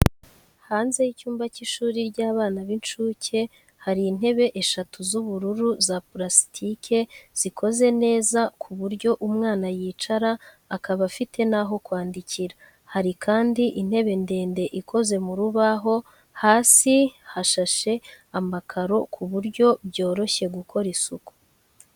Hanze y'icyumba cy’ishuri ry'abana b’incuke hari intebe eshatu z'ubururu za purasitike zikoze neza ku buryo umwana yicara akaba afite naho kwandikira, hari kandi intebe ndende ikoze mu rubaho. Hasi hashashe amakaro ku buryo byoroha gukora isuku.